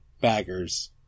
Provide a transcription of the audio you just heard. baggers